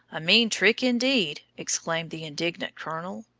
a mean trick indeed! exclaimed the indignant colonel.